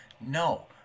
No